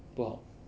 不好